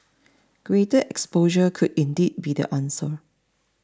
greater exposure could indeed be the answer